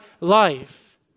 life